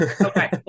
Okay